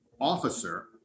officer